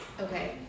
okay